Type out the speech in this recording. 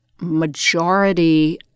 majority